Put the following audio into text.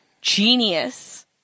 genius